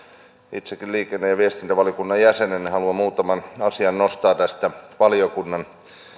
itsekin liikenne ja ja viestintävaliokunnan jäsenenä haluan muutaman asian nostaa tästä valiokunnan